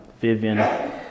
Vivian